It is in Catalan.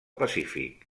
pacífic